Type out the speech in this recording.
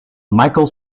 michael